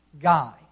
guy